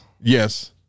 yes